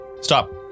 Stop